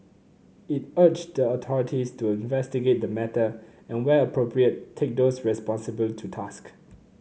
it urged the authorities to investigate the matter and where appropriate take those responsible to task